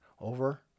over